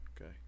Okay